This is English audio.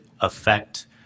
affect